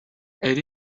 elle